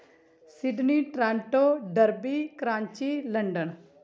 Sydney Toronto derby Karachi London